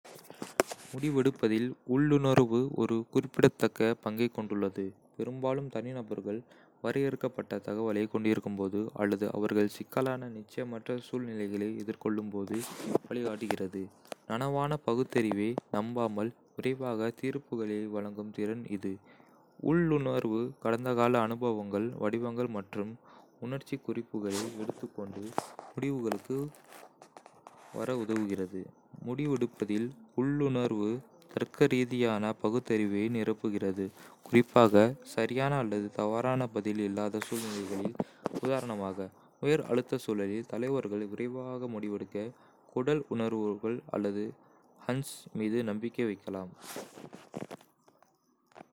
முடிவெடுப்பதில் உள்ளுணர்வு ஒரு குறிப்பிடத்தக்க பங்கைக் கொண்டுள்ளது, பெரும்பாலும் தனிநபர்கள் வரையறுக்கப்பட்ட தகவலைக் கொண்டிருக்கும்போது அல்லது அவர்கள் சிக்கலான, நிச்சயமற்ற சூழ்நிலைகளை எதிர்கொள்ளும்போது வழிகாட்டுகிறது. நனவான பகுத்தறிவை நம்பாமல் விரைவாக தீர்ப்புகளை வழங்கும் திறன் இது. உள்ளுணர்வு கடந்த கால அனுபவங்கள், வடிவங்கள் மற்றும் உணர்ச்சிக் குறிப்புகளை எடுத்துக்கொண்டு முடிவுகளுக்கு வர உதவுகிறது. முடிவெடுப்பதில், உள்ளுணர்வு தர்க்கரீதியான பகுத்தறிவை நிரப்புகிறது, குறிப்பாக சரியான அல்லது தவறான பதில் இல்லாத சூழ்நிலைகளில். உதாரணமாக, உயர் அழுத்த சூழலில், தலைவர்கள் விரைவாக முடிவெடுக்க குடல் உணர்வுகள் அல்லது "ஹஞ்ச்ஸ்" மீது நம்பிக்கை வைக்கலாம்.